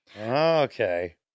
Okay